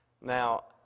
Now